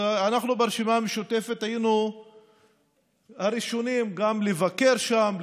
אלא אנחנו ברשימה המשותפת היינו הראשונים גם לבקר שם,